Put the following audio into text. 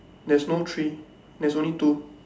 there's no three there's only two